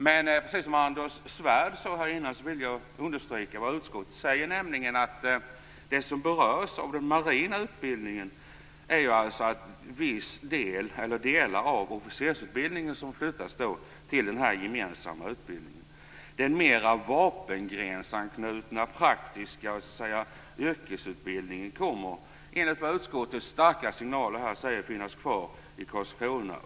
Men precis som Anders Svärd vill jag understryka vad utskottet säger, nämligen att det som berörs när det gäller den marina utbildningen är att delar av officersutbildningen flyttas till den gemensamma utbildningen. Den mer vapengrensanknutna, praktiska yrkesutbildningen kommer, enligt utskottets starka signaler, att finnas kvar i Karlskrona.